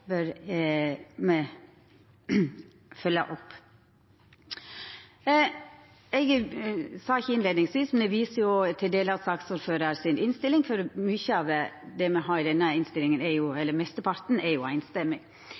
bør me følgja opp. Eg sa det ikkje i innleiinga, men eg viser til deler av innstillinga, for mykje – eller mesteparten – i denne innstillinga er einstemmig.